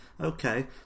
Okay